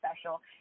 special